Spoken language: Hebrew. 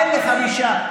אתה מסית.